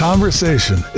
Conversation